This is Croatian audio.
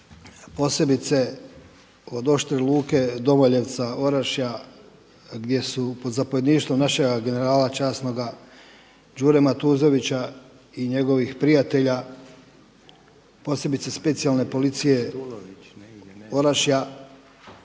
posebice od Oštre Luke, Domaljevca, Orašja gdje su pod zapovjedništvom našega generala časnoga Đure Matuzovića i njegovih prijatelja, posebice specijalne policije Orašja